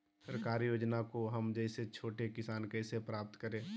सरकारी योजना को हम जैसे छोटे किसान कैसे प्राप्त करें?